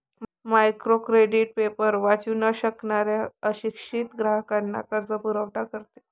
micro credit paper वाचू न शकणाऱ्या अशिक्षित ग्राहकांना कर्जपुरवठा करते